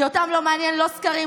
אחד קצר.